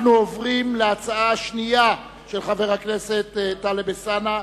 אנחנו עוברים להצעה השנייה של חבר הכנסת טלב אלסאנע.